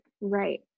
right